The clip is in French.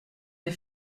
des